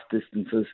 distances